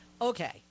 Okay